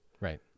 Right